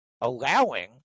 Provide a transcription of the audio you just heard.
allowing